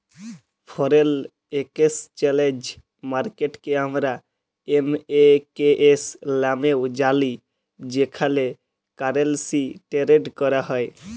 foreign exchange মার্কেটকে আমরা এফ.এ.কে.এস লামেও জালি যেখালে কারেলসি টেরেড ক্যরা হ্যয়